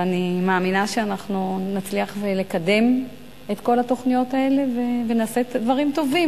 ואני מאמינה שאנחנו נצליח לקדם את כל התוכניות האלה ונעשה דברים טובים,